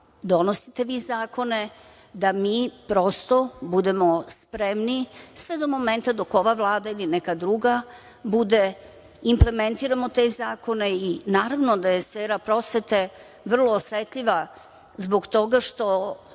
donosite vi zakone, da mi prosto budemo spremni sve do momenta dok ova Vlada ili neka druga, implementiramo te zakone. Naravno da je sfera prosvete vrlo osetljiva zbog toga što